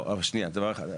לא, שנייה, דבר אחד.